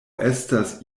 estas